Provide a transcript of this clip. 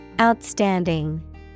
Outstanding